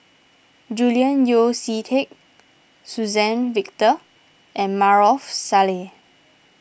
Julian Yeo See Teck Suzann Victor and Maarof Salleh